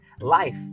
Life